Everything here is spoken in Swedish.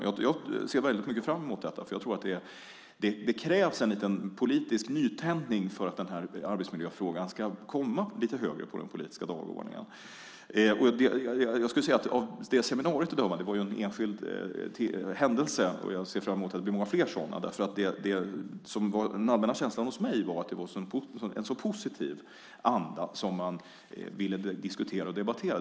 Jag ser mycket fram emot detta, för jag tror att det krävs en politisk nytändning för att arbetsmiljöfrågan ska komma lite högre på den politiska dagordningen. Seminariet var en enskild händelse. Men jag ser fram emot att det blir fler sådana, för den allmänna känslan hos mig var att det var i en sådan positiv anda som man ville diskutera och debattera.